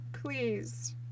please